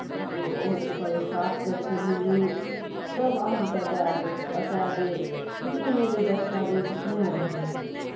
हुनकर ओकर स्टाफ सभसँ मिलू सभ अहाँकेँ दए देत बताए देत कि कोनो भी दस्तावेज किएक नहि होय